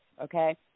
okay